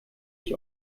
ich